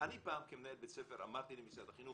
אני פעם כמנהל בית ספר אמרתי למשרד החינוך